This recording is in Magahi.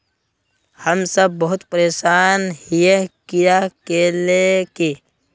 हम सब बहुत परेशान हिये कीड़ा के ले के?